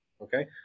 Okay